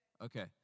Okay